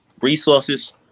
resources